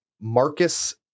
Marcus